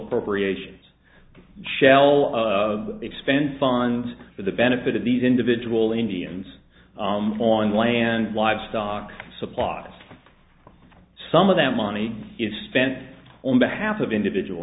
appropriations shell of expense fund for the benefit of these individual indians on land and livestock supplies some of that money is spent on behalf of individual